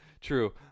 true